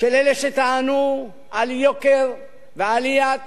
של אלה שטענו על יוקר ועליית